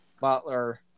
Butler